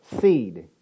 seed